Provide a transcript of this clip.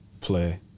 play